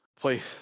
place